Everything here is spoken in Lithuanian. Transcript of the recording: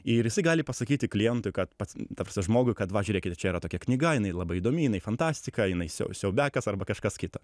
ir gali pasakyti klientui kad pats ta prasme žmogui kad va žiūrėkit čia yra tokia knyga jinai labai įdomi jinai fantastika jinai siau siaubiakas arba kažkas kita